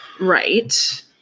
right